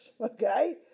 Okay